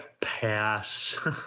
Pass